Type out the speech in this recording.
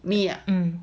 me ah